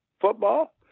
football